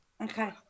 Okay